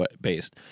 based